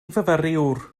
fyfyriwr